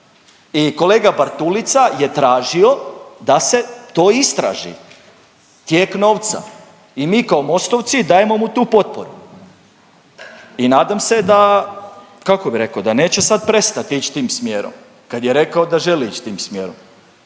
I kolega Bartulica je tražio da se to istraži. Tijek novca i mi kao Mostovci dajemo mu tu potporu i nadam se da, kako bi rekao, da neće sad prestati ić tim smjerom kad je rekao da želi ić tim smjerom.